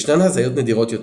ישנן הזיות נדירות יותר,